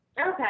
Okay